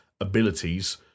abilities